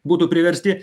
būtų priversti